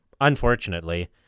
unfortunately